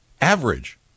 average